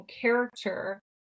character